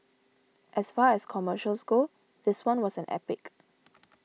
as far as commercials go this one was an epic